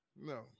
No